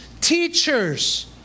teachers